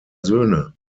söhne